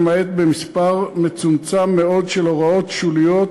למעט במספר מצומצם מאוד של הוראות שוליות